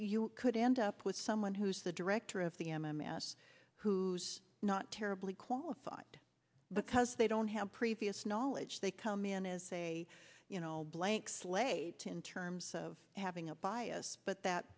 you could end up with someone who's the director of the m m s who's not terribly qualified because they don't have previous knowledge they come in as say you know a blank slate in terms of having a bias but that